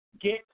get